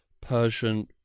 Persian